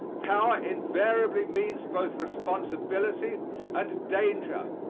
power invariably means both responsibility and danger.